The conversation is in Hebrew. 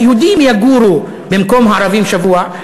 היהודים יגורו במקום הערבים שבוע,